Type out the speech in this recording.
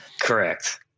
correct